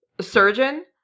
surgeon